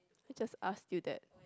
I just asked you that